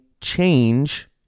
change